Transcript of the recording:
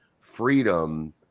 freedom